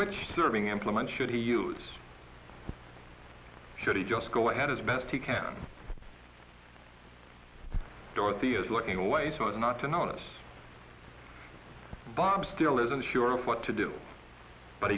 which serving implements should he use should he just go ahead as best he can dorothy is looking away so as not to notice bob still isn't sure what to do but